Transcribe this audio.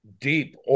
Deep